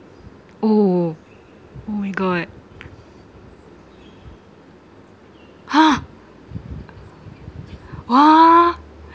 oh oh my god !huh! !wah!